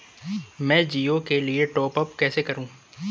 मैं जिओ के लिए टॉप अप कैसे करूँ?